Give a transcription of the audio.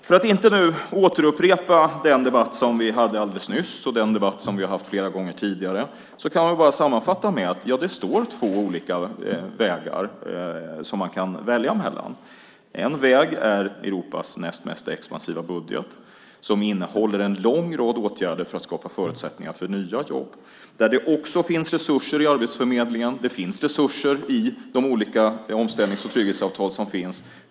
För att inte upprepa den debatt som vi hade alldeles nyss, och den debatt som vi har haft flera gånger tidigare, kan jag sammanfatta med att det finns två vägar att välja mellan. En väg är Europas näst mest expansiva budget, som innehåller en lång rad åtgärder för att skapa förutsättningar för nya jobb, där det också finns resurser i Arbetsförmedlingen och det finns resurser i de olika omställnings och trygghetsavtal som finns.